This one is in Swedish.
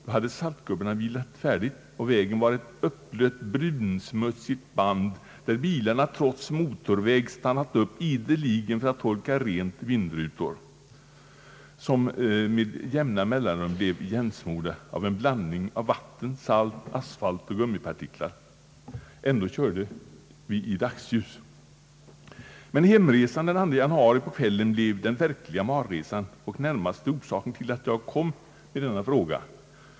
Då hade saltningsgubbarna vilat färdigt och vägen var ett uppblött brunsmutsigt band, där bilisterna trots att det var en motorväg ideligen stannade upp för att torka av vindrutorna, som med jämna mellanrum blev igensmorda av en blandning av vatten, salt, asfalt och gummipartiklar. Ändå körde vi i dagsljus. Men återfärden den 2 januari på kvällen blev den verkliga mardrömsresan och närmaste orsaken till att jag framställde denna fråga.